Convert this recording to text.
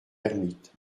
ermite